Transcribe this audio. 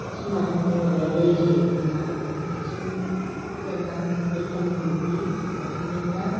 ꯑꯁꯨꯃꯥꯏꯅ ꯇꯧꯔꯒ ꯂꯩꯁꯤ ꯑꯩꯈꯣꯏꯅ ꯆꯦꯛꯁꯤꯟꯅ ꯐꯖꯅ ꯂꯩꯈꯟꯗꯨꯒꯤ ꯃꯇꯨꯡꯏꯟꯅ